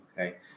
Okay